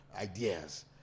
ideas